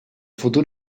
futur